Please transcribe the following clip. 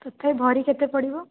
ତଥାପି ଭରି କେତେ ପଡ଼ିବ